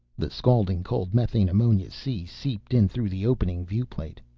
the scalding cold methane ammonia sea seeped in through the opening viewplate.